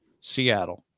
Seattle